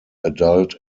adult